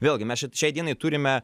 vėlgi mes čia šiai dienai turime